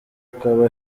akaba